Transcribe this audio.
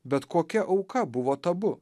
bet kokia auka buvo tabu